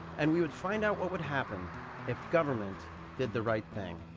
and we would find out what would happen if government did the right thing.